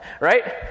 Right